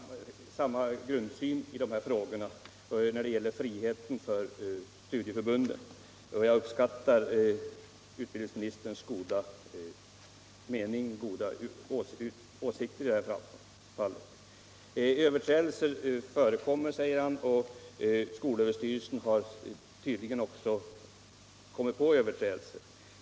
Herr talman! Vi har tydligen samma grundsyn när det gäller friheten för studieförbunden, och jag uppskattar utbildningsministerns goda intentioner i det här fallet. Överträdelser förekommer, säger utbildningsministern. Skolöverstyrelsen har tydligen också kommit på sådana.